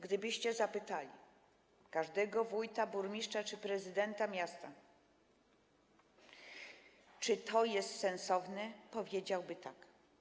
Gdybyście zapytali każdego wójta, burmistrza czy prezydenta miasta, czy to jest sensowne, powiedziałby „tak”